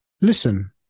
Listen